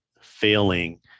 failing